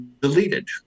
deleted